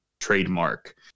trademark